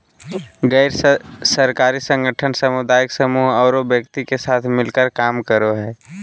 गैर सरकारी संगठन सामुदायिक समूह औरो व्यक्ति के साथ मिलकर काम करो हइ